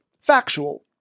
factual